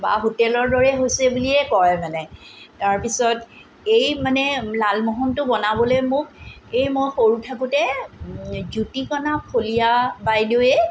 বা হোটেলৰ দৰে হৈছে বুলিয়ে কয় মানে তাৰপিছত এই মানে লালমোহনটো বনাবলৈ মোক এই মই সৰু থাকোঁতে জুতিকণা ফুলীয়া বাইদেৱে